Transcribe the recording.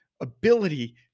ability